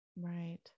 Right